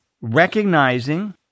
recognizing